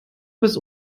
bis